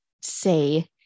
say